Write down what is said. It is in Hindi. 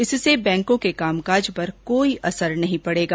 इससे बैंकों के कामकाज पर कोई असर नहीं पड़ेगा